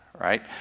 right